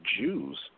Jews